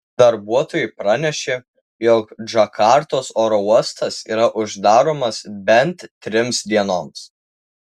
darbuotojai pranešė jog džakartos oro uostas yra uždaromas bent trims dienoms